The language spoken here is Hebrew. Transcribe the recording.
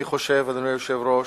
אני חושב, אדוני היושב-ראש,